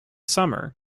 summer